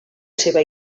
seva